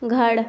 घड़